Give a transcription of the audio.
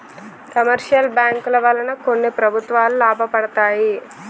commercial బ్యాంకుల వలన కొన్ని ప్రభుత్వాలు లాభపడతాయి